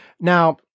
Now